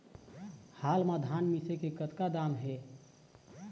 हाल मा धान मिसे के कतका दाम हे?